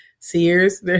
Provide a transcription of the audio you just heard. Sears